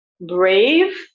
brave